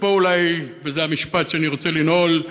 ופה אולי, וזה המשפט שאני רוצה לנעול בו: